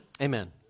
Amen